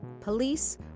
police